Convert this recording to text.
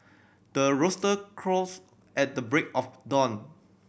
the rooster crows at the break of dawn